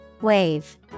wave